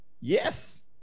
Yes